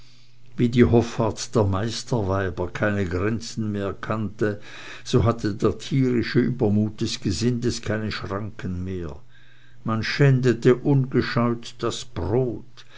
wie die hoffart der meisterweiber keine grenzen mehr kannte so hatte der tierische übermut des gesindes keine schranken mehr man schändete ungescheut das brot